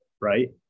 Right